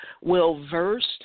well-versed